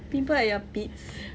pimple at your pits